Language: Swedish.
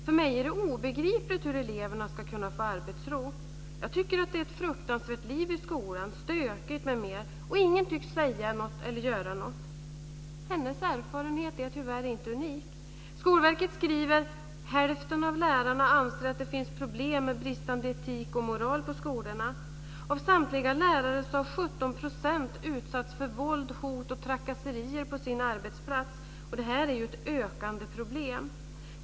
För mig är det obegriplig hur eleverna ska kunna få arbetsro. Jag tycker att det är ett fruktansvärt liv i skolan - stökigt, m.m. - och ingen tycks säga något eller göra något. Hennes erfarenhet är tyvärr inte unik. Skolverket skriver att hälften av lärarna anser att det finns problem med bristande etik och moral på skolorna. Av samtliga lärare har 17 % utsatts för våld, hot och trakasserier på sin arbetsplats, och det är ett ökande problem.